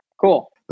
cool